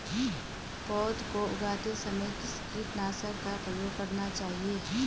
पौध को उगाते समय किस कीटनाशक का प्रयोग करना चाहिये?